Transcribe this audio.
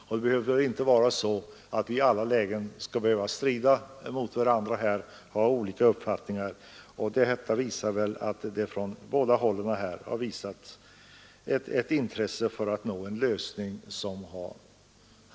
Vi skall inte i alla lägen behöva strida mot varandra och ha olika uppfattningar. I detta fall har det funnits ett intresse för att nå en lösning.